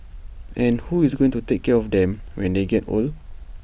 and who is going to take care of them when they get old